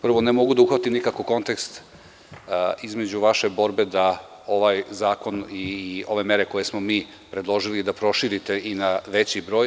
Prvo, ne mogu da uhvatim nikako kontekst između vaše borbe da ovaj zakon i ove mere koje smo mi predložili proširite i na veći broj.